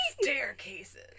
Staircases